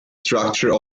structure